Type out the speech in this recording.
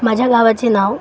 माझ्या गावाचे नाव